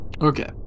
okay